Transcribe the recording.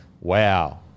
Wow